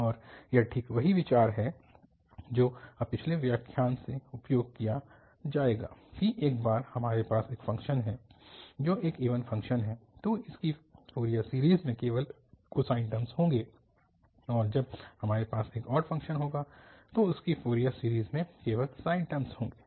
और यह ठीक वही विचार है जो अब पिछले व्याख्यान से उपयोग किया जाएगा कि एक बार हमारे पास एक फ़ंक्शन है जो एक इवन फ़ंक्शन है तो इसकी फ़ोरियर सीरीज़ में केवल कोसाइन टर्मस होंगे और जब हमारे पास एक ऑड फ़ंक्शन होगा तो इसकी फ़ोरियर सीरीज़ में केवल साइन टर्मस होंगे